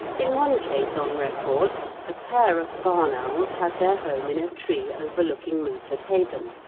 in one case on record a pair of barn owls had their home in a tree overlooking milford haven,